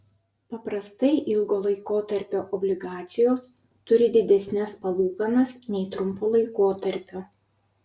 paprastai ilgo laikotarpio obligacijos turi didesnes palūkanas nei trumpo laikotarpio